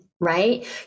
Right